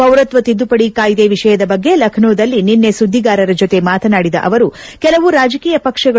ಪೌರತ್ವ ತಿದ್ದುಪಡಿ ಕಾಯ್ದೆ ವಿಷಯದ ಬಗ್ಗೆ ಲಕ್ನೋದಲ್ಲಿ ನಿನ್ನೆ ಸುದ್ದಿಗಾರರ ಜತೆ ಮಾತನಾಡಿದ ಅವರು ಕೆಲವು ರಾಜಕೀಯ ಪಕ್ಷಗಳು